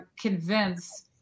convince